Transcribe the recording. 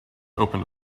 opened